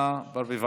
1560, 1563,